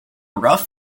rough